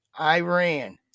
Iran